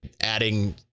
adding